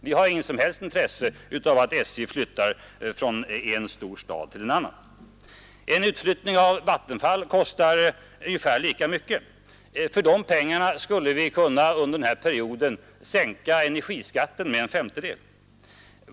Vi har inget som helst intresse av att SJ flyttar från en stor stad till en annan. En utflyttning av Vattenfall kostar ungefär lika mycket. För de pengarna skulle vi under den här perioden kunna sänka energiskatten med en femtedel.